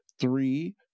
three